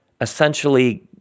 essentially